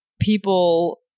people